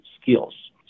skills